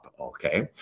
Okay